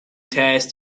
tasks